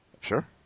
Sure